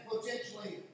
Potentially